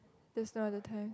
that's not the time